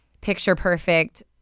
picture-perfect